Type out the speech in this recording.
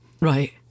Right